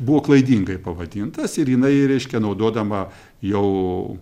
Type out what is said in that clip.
buvo klaidingai pavadintas ir jinai reiškia naudodama jau